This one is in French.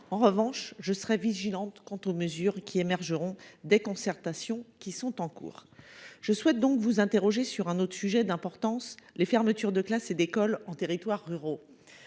En revanche je serai vigilante quant aux mesures qui émergeront des concertations qui sont en cours. Je souhaite donc vous interroger sur un autre sujet d'importance, les fermetures de classes et d'écoles en territoires ruraux.